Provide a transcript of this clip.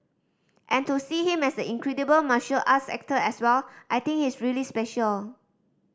and to see him as the incredible martial arts actor as well I think he's really special